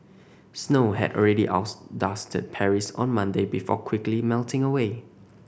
snow had already dusted Paris on Monday before quickly melting away